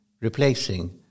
replacing